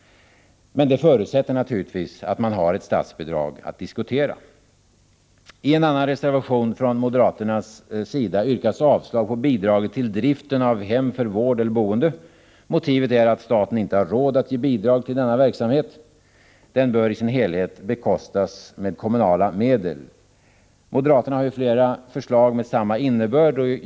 Men det förutsätter naturligtvis att man har ett statsbidrag att diskutera. I en annan reservation från moderaterna yrkas avslag på regeringens förslag till bidrag till driften av hem för vård eller boende. Motivet är att staten inte har råd att ge bidrag till denna verksamhet. Den bör i sin helhet bekostas med kommunala medel. Moderaterna har lagt fram flera förslag med samma innebörd.